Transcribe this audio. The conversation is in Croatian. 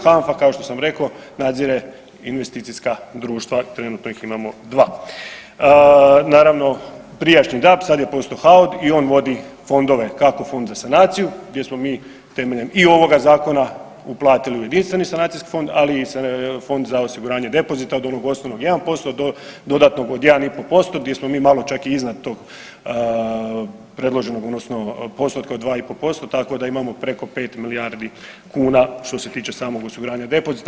HANFA kao što sam rekao nadzire investicijska društva, trenutno ih imamo 2. Naravno prijašnji DAB sad je postao HAOD i on vodi fondove kako fond za sanaciju gdje smo mi temeljem i ovoga zakona uplatiti u jedinstveni sanacijski fond ali i fond za osiguranje depozita od onog osnovnog 1% do dodatnog od 1,5% gdje smo mi malo čak i iznad tog predloženog odnosno postotka od 2,5% tako da imamo preko 5 milijardi kuna što se tiče samog osiguranja depozita.